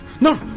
No